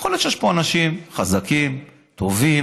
יכול להיות שיש פה אנשים חזקים, טובים,